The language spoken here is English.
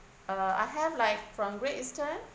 uh I have like from Great Eastern